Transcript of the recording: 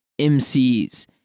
MCs